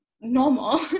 normal